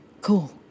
Cool